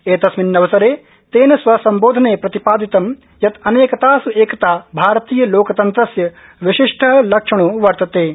एतस्मिन् अवसरे तेन स्वसम्बोधने प्रतिपादितम यत् अनेकतास् एकता भारतीय लोकतन्त्रस्य विशिष्ट लक्षणो वर्तत इति